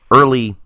early